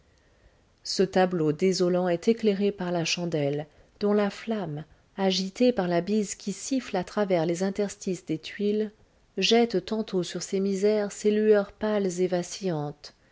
ce tableau désolant est éclairé par la chandelle dont la flamme agitée par la bise qui siffle à travers les interstices des tuiles jette tantôt sur ces misères ses lueurs pâles et